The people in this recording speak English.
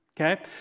okay